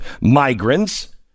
migrants